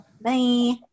bye